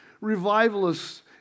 revivalists